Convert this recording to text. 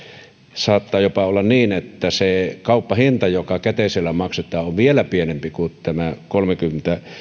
saattaa jopa olla niin että se kauppahinta joka käteisellä maksetaan on vielä pienempi kuin tämä kolmekymmentä